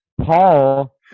Paul